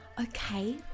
Okay